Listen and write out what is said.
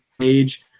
page –